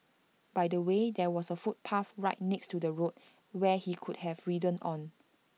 by the way there was A footpath right next to the road where he could have ridden on